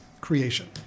creation